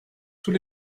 tous